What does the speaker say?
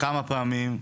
כמה פעמים.